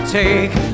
take